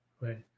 right